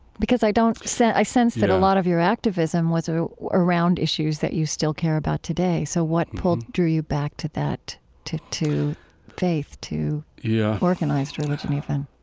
because i don't so i sense that, yeah, a lot of your activism was ah around issues that you still care about today. so what pulled drew you back to that to to faith, to, yeah, organized religion even?